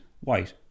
White